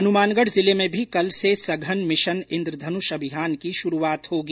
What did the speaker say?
हनुमानगढ़ जिले में भी कल से सघन मिशन इंद्रधनुष अभियान की शुरूआत होगी